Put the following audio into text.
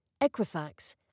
Equifax